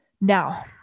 Now